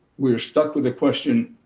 we're stuck with the question,